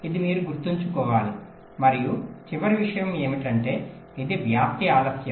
ఇది మీరు గుర్తుంచుకోవాలి మరియు చివరి విషయం ఏమిటంటే ఇవి వ్యాప్తి ఆలస్యం